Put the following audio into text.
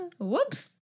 Whoops